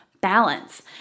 balance